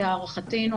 להערכתנו,